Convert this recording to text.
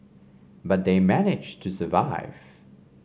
but they managed to survive